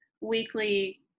weekly